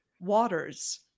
waters